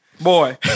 Boy